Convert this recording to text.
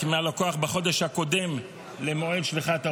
מהלקוח בחודש הקודם למועד שליחת ההודעה,